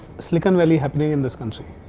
silicon valley happening in this country.